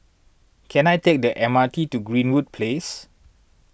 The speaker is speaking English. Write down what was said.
can I take the M R T to Greenwood Place